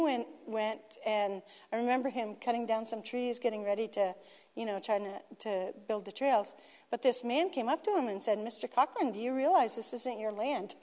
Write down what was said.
and went and remember him coming down some trees getting ready to you know china to build the trails but this man came up to him and said mr cochran do you realize this isn't your land